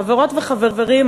חברות וחברים,